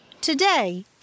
Today